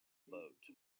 boat